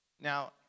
Now